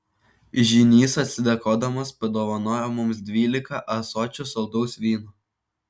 žynys atsidėkodamas padovanojo mums dvylika ąsočių saldaus vyno